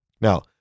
Now